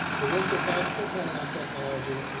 the district has spent money on technology.